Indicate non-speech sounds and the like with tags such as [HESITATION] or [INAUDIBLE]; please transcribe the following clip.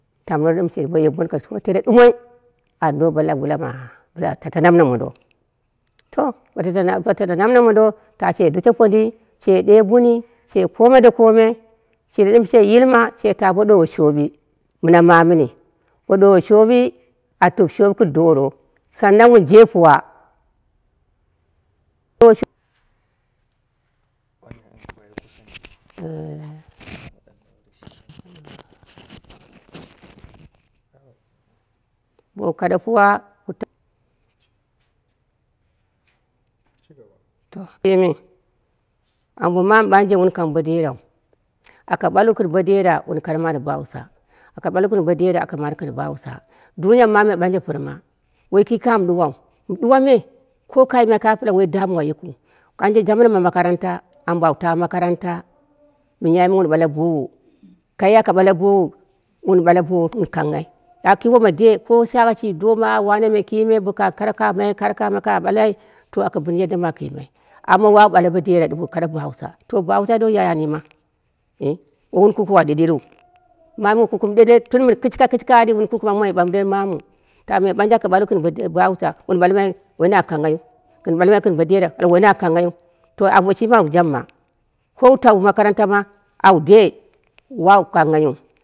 To tam noro ɗim boye bonko tere ɗumoi an do bo lap wula ma tato lamma mondo, to bo tato lamna moudo, sha she dushe pondi she ɗe buni she komida komi shire dɨm she yilma she ta bo ɗowe shoɓi, mɨna mamini, bo ɗoɓe shoɓi a tue shoɓi gin duworo, sannan wun de puna [NOISE] bon kaɗe puwa [NOISE] yeme ambo mamu ɓanje woi wun kang bo derau, aka ɓalwu gɨn bo dera wun manuwo gɨ bo hausha, aka ɓalwu gɨn bo dera mamu ɓanje pɨrma woki kame mɨ ɗuwau, mɨ ɗuwame ko ka yimai kame pila wo da mjwa yikɨu. Ɓanje jaman ma makaranta ambo an ta makaranta miyai me wun ɓale bowu, kai aka ɓale bowor kai kai ɓale bowo wunkange hai ɗa ki woma de ko ki shagha shi doma wane me kime boka hkara kamai kara kamekamai ka ɓalai to aka bɨn yadda mɨ akɨ. yimai amma wawu ɓale bo dera ɗɨmɨn ka bo hansha to bo haushai dou yaya an yima nyi woi wun ku kuwa deɗeku, mamu [HESITATION] wu kukumu ɗeɗel tun mɨn kɨshka kɨshikaɗi wun kukuma moi ɓambɨren mamu ta ɓanje aka ɓaiwu gin bo de bo hausha wun ɓalmai woi na kanghaiyiu, ai wun ɓalmai gɨn bo dera wun ɓalmai woina kanguaiyiu ambo shimi au jamma, ko wu tawu makarantama au de wawu kanghaiyini.